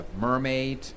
mermaid